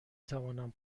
توانم